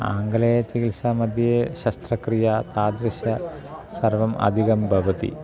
आङ्गलेयचिकित्सामध्ये शस्त्रक्रिया तादृशं सर्वम् अधिकं भवति